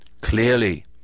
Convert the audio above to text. clearly